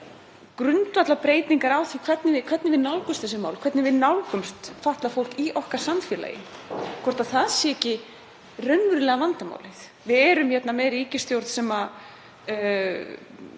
og grundvallarbreytingar á því hvernig við nálgumst þessi mál, hvernig við nálgumst fatlað fólk í okkar samfélagi. Er það ekki raunverulega vandamálið? Við erum hérna með ríkisstjórn sem er